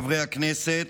חברי הכנסת,